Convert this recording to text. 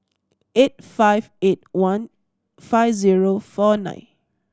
eight five eight one five zero four nine